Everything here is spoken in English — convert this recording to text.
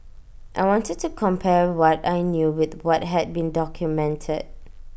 I wanted to compare what I knew with what had been documented